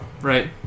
Right